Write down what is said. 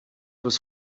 was